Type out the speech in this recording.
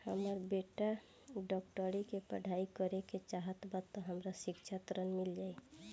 हमर बेटा डाक्टरी के पढ़ाई करेके चाहत बा त हमरा शिक्षा ऋण मिल जाई?